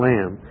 Lamb